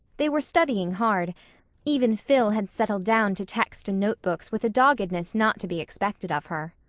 they were studying hard even phil had settled down to text and notebooks with a doggedness not to be expected of her.